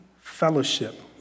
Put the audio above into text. fellowship